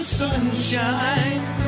sunshine